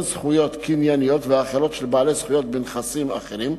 זכויות קנייניות ואחרות של בעלי זכויות בנכסים אחרים,